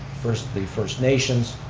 first, the first nations,